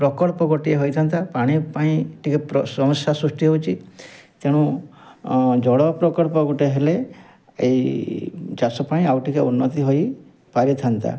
ପ୍ରକଳ୍ପ ଗୋଟିଏ ହୋଇଥାନ୍ତା ପାଣି ପାଇଁ ଟିକେ ସମସ୍ୟା ସୃଷ୍ଟି ହଉଛି ତେଣୁ ଜଳ ପ୍ରକଳ୍ପ ଗୁଟେ ହେଲେ ଏଇ ଚାଷ ପାଇଁ ଆଉ ଟିକେ ଉନ୍ନତ୍ତି ହୋଇ ପାରିଥାନ୍ତା